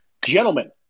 Gentlemen